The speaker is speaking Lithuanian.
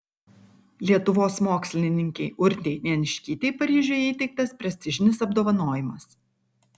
lietuvos mokslininkei urtei neniškytei paryžiuje įteiktas prestižinis apdovanojimas